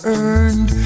earned